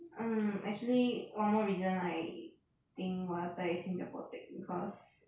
um actually one more reason I think 我要在新加坡 take because